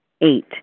eight